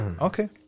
Okay